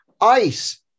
ice